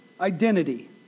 Identity